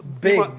big